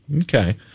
Okay